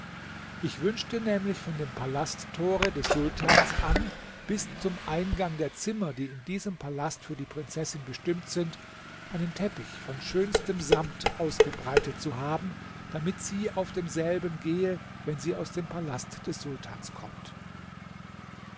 ich wünschte nämlich von dem palasttore des sultans an bis zum eingang der zimmer die in diesem palast für die prinzessin bestimmt sind einen teppich von schönstem samt ausgebreitet zu haben damit sie auf demselben gehe wenn sie aus dem palast des sultans kommt